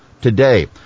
today